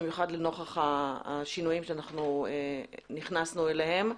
במיוחד לנוכח השינויים שאנחנו נכנסנו אליהם.